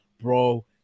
Bro